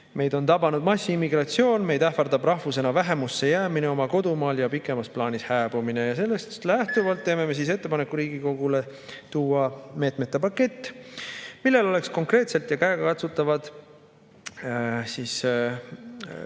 Meid on tabanud massiimmigratsioon, meid ähvardab rahvusena vähemusse jäämine oma kodumaal ja pikemas plaanis hääbumine. Sellest lähtuvalt teeme [valitsusele] ettepaneku tuua Riigikogusse meetmete pakett, milles oleks konkreetsed ja käegakatsutavad